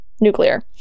nuclear